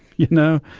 you know?